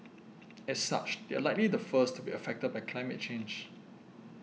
as such they are likely the first to be affected by climate change